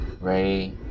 Ray